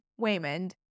Waymond